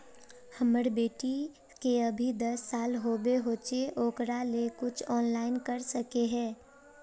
हमर बेटी के अभी दस साल होबे होचे ओकरा ले कुछ ऑनलाइन कर सके है?